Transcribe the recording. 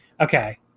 Okay